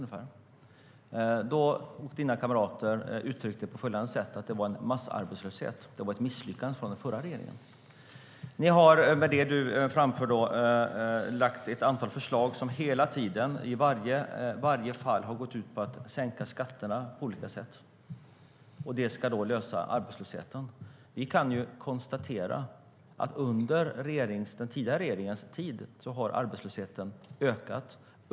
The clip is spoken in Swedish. Då sa Ann-Charlotte Hammar Johnssons kamrater att det var massarbetslöshet och ett misslyckande av den tidigare regeringen. Ni har lagt fram ett antal förslag som alla har gått ut på att sänka skatterna på olika sätt, Ann-Charlotte Hammar Johnsson. Det ska lösa arbetslösheten. Men vi kan konstatera att arbetslösheten ökade under den tidigare regeringens tid.